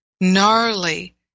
gnarly